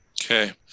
Okay